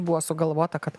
buvo sugalvota kad